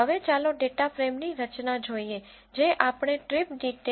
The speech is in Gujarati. હવે ચાલો ડેટા ફ્રેમની રચના જોઈએ જે આપણે ટ્રીપ ડિટેઈલ્સ ડોટ સીએસવીtripDetails